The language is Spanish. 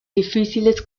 difíciles